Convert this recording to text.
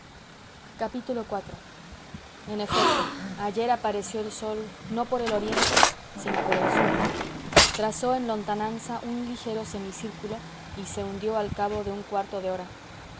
iv en efecto ayer apareció el sol no por el oriente sino por el sur trazó en lontananza un ligero semicírculo y se hundió al cabo de un cuarto de hora